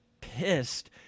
pissed